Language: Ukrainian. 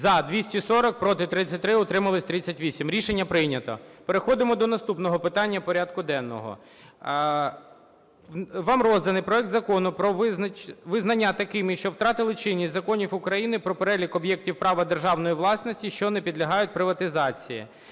За-240 Проти – 33, утримались – 38. Рішення прийнято. Переходимо до наступного питання порядку денного. Вам розданий проект Закону про визнання таким, що втратив чинність, Закон України "Про перелік об'єктів права державної власності, що не підлягають приватизації".